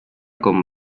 con